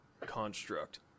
construct